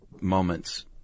moments